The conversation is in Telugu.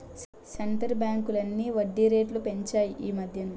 సెంటరు బ్యాంకులన్నీ వడ్డీ రేట్లు పెంచాయి ఈమధ్యన